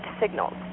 signals